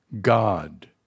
God